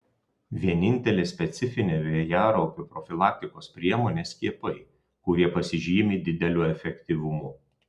vienintelė specifinė vėjaraupių profilaktikos priemonė skiepai kurie pasižymi dideliu efektyvumu